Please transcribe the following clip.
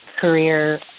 career